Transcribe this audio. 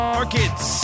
Markets